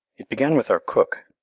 it began with our cook,